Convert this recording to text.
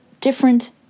different